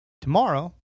tomorrow